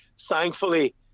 thankfully